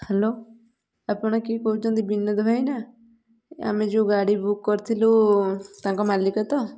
hello ଆପଣ କିଏ କହୁଛନ୍ତି ବିନୋଦ ଭାଇନା ଆମେ ଯେଉଁ ଗାଡ଼ି ବୁକ୍ କରିଥିଲୁ ତାଙ୍କ ମାଲିକ ତ